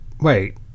wait